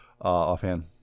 offhand